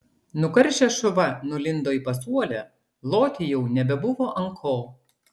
nukaršęs šuva nulindo į pasuolę loti jau nebebuvo ant ko